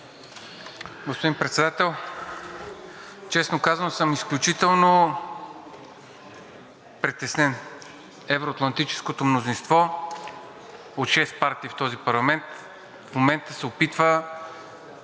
Господин Председател, честно казано, аз съм изключително притеснен. Евро-атлантическото мнозинство от шест партии в този парламент в момента се опитва